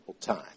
time